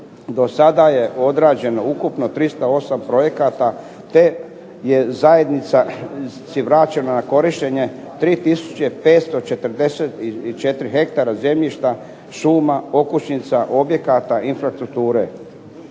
do sada je odrađeno 308 projekata, te je zajednici vraćeno na korištenje 3 tisuće 544 hektara zemljišta šuma, okućnica, objekata, infrastrukture.